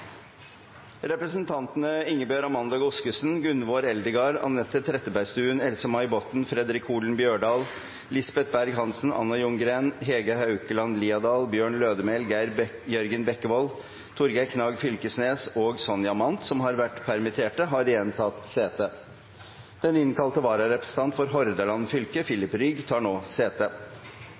Representantene påhørte stående presidentens minnetale. Representantene Ingebjørg Amanda Godskesen, Gunvor Eldegard, Anette Trettebergstuen, Else-May Botten, Fredric Holen Bjørdal, Lisbeth Berg-Hansen, Anna Ljunggren, Hege Haukeland Liadal, Bjørn Lødemel, Geir Jørgen Bekkevold, Torgeir Knag Fylkesnes og Sonja Mandt, Magne Rommetveit og Rasmus Hansson, som har vært permittert, har igjen tatt sete. Den innkalte vararepresentant for Hordaland fylke, Filip Rygg, tar nå sete.